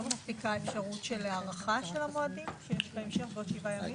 לא מספיקה האפשרות של הארכה של המועדים שיש בהמשך בעוד שבעה ימים?